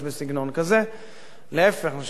אני חושב שאולי אם הסגנון היה יותר מעודן,